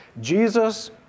Jesus